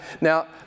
Now